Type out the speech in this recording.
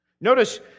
Notice